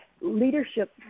leadership